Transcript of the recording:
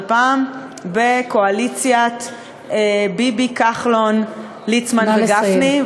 פעם בקואליציית ביבי-כחלון-ליצמן וגפני,